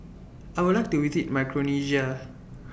I Would like to visit Micronesia